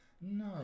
No